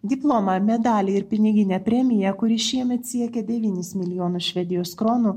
diplomą medalį ir piniginę premiją kuri šiemet siekė devynis milijonus švedijos kronų